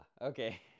Okay